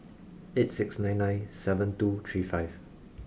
eight six nine nine seven two three five